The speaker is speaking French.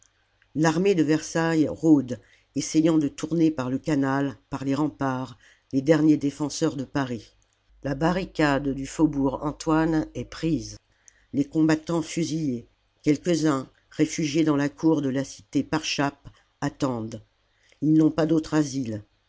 l'armée de versailles rôde essayant de tourner par le canal par les remparts les derniers défenseurs de paris la barricade du faubourg antoine est prise les combattants fusillés quelques-uns réfugiés dans la cour de la cité parchappe attendent ils n'ont pas d'autre asile